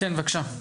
כן, בבקשה.